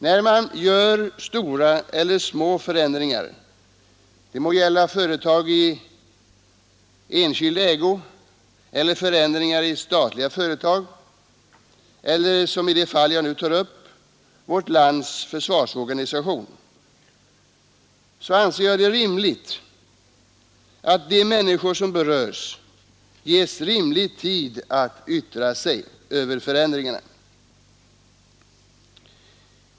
När man gör stora eller små förändringar — det må gälla företag i enskild ägo, förändringar i statliga företag eller, som i det fall jag nu tar upp, vårt lands försvarsorganisation — så anser jag det rimligt att de människor som berörs ges rimlig tid att yttra sig över förändringarna.